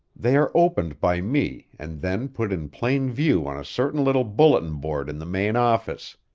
they are opened by me and then put in plain view on a certain little bulletin board in the main office.